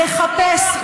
לחפש,